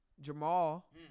Jamal